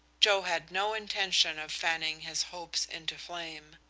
joe had no intention of fanning his hopes into flame.